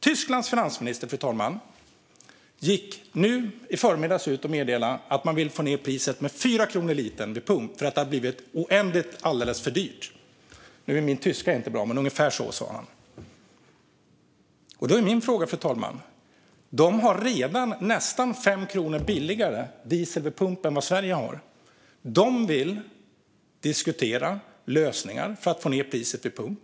Tysklands finansminister gick i förmiddags ut och meddelade att man vill få ned priset med 4 kronor litern vid pump eftersom det blivit alldeles för dyrt, oändligt dyrt. Nu är min tyska inte bra, men ungefär så sa han. Tyskland har redan nästan 5 kronor billigare diesel vid pump än vad Sverige har. Där man vill diskutera lösningar för att få ned priset vid pump.